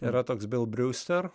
yra toks bel briuster